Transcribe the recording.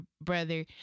brother